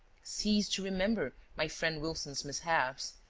cease to remember my friend wilson's mishaps,